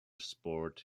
sport